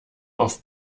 auf